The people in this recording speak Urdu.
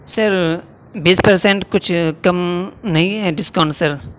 سر بیس پرسنٹ کچھ کم نہیں ہے ڈسکاؤنٹ سر